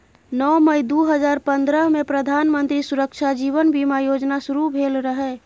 नौ मई दु हजार पंद्रहमे प्रधानमंत्री सुरक्षा जीबन बीमा योजना शुरू भेल रहय